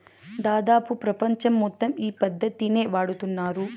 దాదాపు ప్రపంచం మొత్తం ఈ పద్ధతినే వాడుతున్నారు